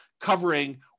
covering